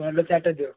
ଯେଉଁ ଭଲ ଚାଟ୍ଟା ଦିଅ